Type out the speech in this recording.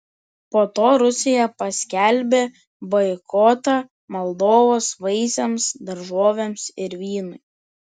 po to rusija paskelbė boikotą moldovos vaisiams daržovėms ir vynui